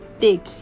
take